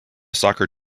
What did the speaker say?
soccer